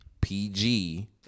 PG